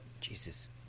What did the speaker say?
Jesus